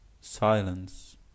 silence